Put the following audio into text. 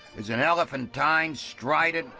is an elephantine, strident,